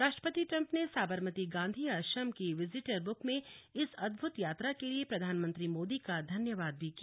राष्ट्रपति ट्रंप ने साबरमती गांधी आश्रम की विजिटर बुक में इस अदभुत यात्रा के लिए प्रधानमंत्री मोदी का धन्यवाद भी किया